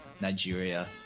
Nigeria